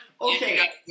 okay